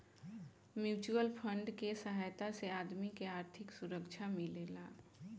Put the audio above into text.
mutual fund के सहायता से आदमी के आर्थिक सुरक्षा मिलेला